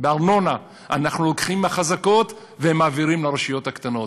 בארנונה אנחנו לוקחים מהחזקות ומעבירים לרשויות הקטנות.